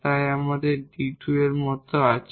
তাই আমাদের এখানে 𝐷 2 এর মত আছে